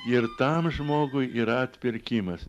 ir tam žmogui yra atpirkimas